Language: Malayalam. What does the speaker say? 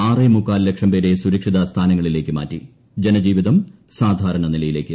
ആറേമുക്കാൽ ലക്ഷം പേരെ സുരക്ഷിത സ്ഥാനങ്ങളിലേയ്ക്ക് മാറ്റി ജനജീവിതം സാധാരണ നിലയിലേയ്ക്ക്